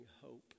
hope